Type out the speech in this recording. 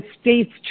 states